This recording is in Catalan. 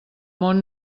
món